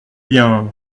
bien